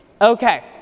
Okay